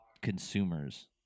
consumers